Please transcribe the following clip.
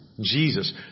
Jesus